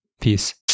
Peace